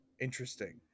interesting